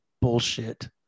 bullshit